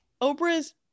Oprah's